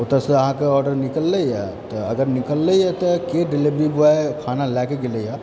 ओतएसँ अहाँकेँ आर्डर निकलैया तऽ अगर निकलैया तऽ की डिलेवरी ब्यॉय खाना लए कऽ गेलैया